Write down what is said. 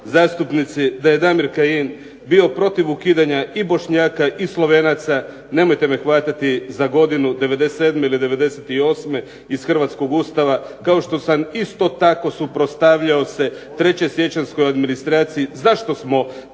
zastupnici da je Damir Kajin bio protiv ukidanja i Bošnjaka i Slovenaca, nemojte me hvatati za godinu, '97. ili '98., iz hrvatskog Ustava. Kao što sam isto tako suprotstavljao se 3. siječanjskoj administraciji. Zašto smo